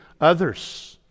others